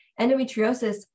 Endometriosis